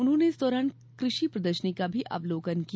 उन्होंने इस दौरान कृषि प्रदर्शनी का भी अवलोकन किया